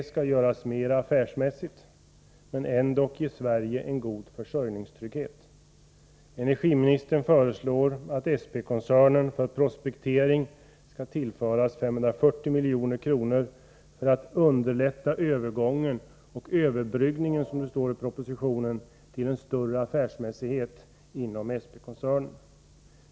SP skall göras mera affärsmässigt men ändock ge Sverige en försörjningstrygg het. Energiministern föreslår att SP-koncernen för prospektering skall tillföras 540 milj.kr. för att underlätta övergången och överbryggningen, som det står i propositionen, till större affärsmässighet.